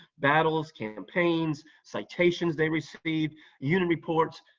battles, campaigns, citations they received, unit reports,